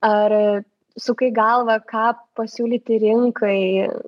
ar sukai galvą ką pasiūlyti rinkai